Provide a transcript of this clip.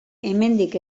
hemendik